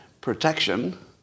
protection